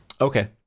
Okay